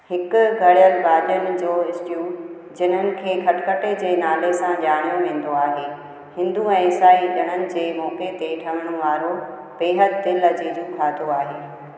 हिकु गॾियल भाॼियुनि जो स्ट्यू जिन्हनि खे खटखटे जे नाले सां ॼाणियो वेंदो आहे हिंदू ऐं ईसाई डिणनि जे मौके़ ते ठहण वारो बेहदि दिलि अज़ीज़ु खाधो आहे